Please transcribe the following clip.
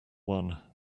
one